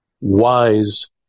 wise